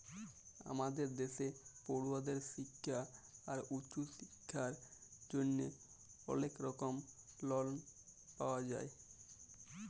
আমাদের দ্যাশে পড়ুয়াদের শিক্খা আর উঁচু শিক্খার জ্যনহে অলেক রকম লন পাওয়া যায়